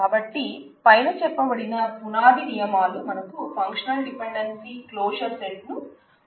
కాబట్టి పైన చెప్పబడిన పునాది నియమాలు మనకు ఫంక్షనల్ డిపెండెన్సీ క్లోజర్ సెట్ ను పరీక్షించడానికి ఉపయోగపడతాయి